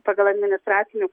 pagal administracinių